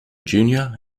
junior